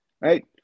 right